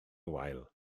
wael